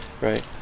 Right